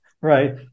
right